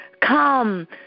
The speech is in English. come